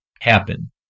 happen